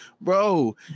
bro